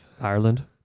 Ireland